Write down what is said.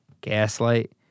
Gaslight